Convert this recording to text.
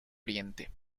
oriente